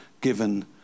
given